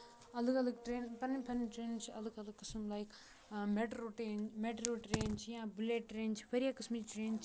الگ الگ ٹرینہٕ پَنٕنۍ پَنٕنۍ ٹرینہٕ چھِ الگ الگ قٕسٕم like metro train metro train چھِ یا بُلیٹ ترین چھِ واریاہ قٕسمٕچ ٹرین چھِ